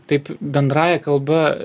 taip bendrąja kalba